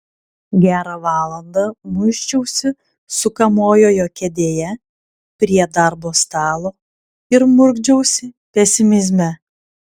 gerą valandą muisčiausi sukamojoje kėdėje prie darbo stalo ir murkdžiausi pesimizme